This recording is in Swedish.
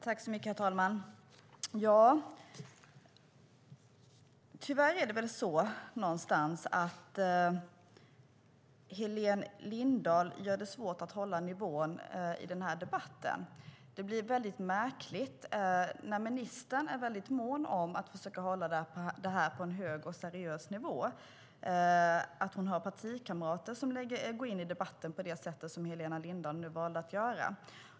Herr talman! Tyvärr gör Helena Lindahl det svårt att hålla nivån i den här debatten. När ministern är mån om att försöka hålla debatten på en hög och seriös nivå blir det märkligt när en partikamrat till henne går in i debatten på det sätt som Helena Lindahl nu valde att göra.